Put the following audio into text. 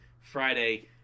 Friday